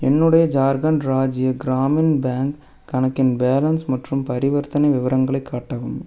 என்னுடைய ஜார்க்கண்ட் ராஜ்ய கிராமின் பேங்க் கணக்கின் பேலன்ஸ் மற்றும் பரிவர்த்தனை விவரங்களை காட்டவும்